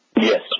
Yes